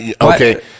Okay